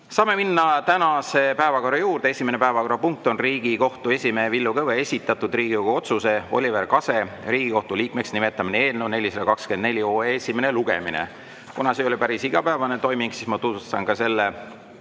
Saame minna tänase päevakorra juurde. Esimene päevakorrapunkt on Riigikohtu esimehe Villu Kõve esitatud Riigikogu otsuse "Oliver Kase Riigikohtu liikmeks nimetamine" eelnõu 424 esimene lugemine. Kuna see ei ole päris igapäevane toiming, siis ma tutvustan selle